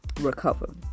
recover